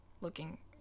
looking